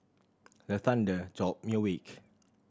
the thunder jolt me awake